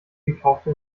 gekaufte